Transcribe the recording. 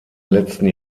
letzten